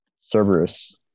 Cerberus